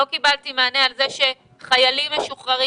לא קיבלתי מענה לגבי חיילים משוחררים